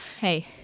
Hey